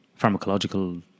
pharmacological